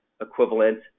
equivalent